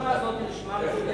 הרשימה הזאת היא רשימה מחודשת.